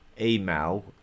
email